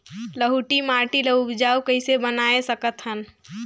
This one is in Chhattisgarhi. बलुही माटी ल उपजाऊ कइसे बनाय सकत हन?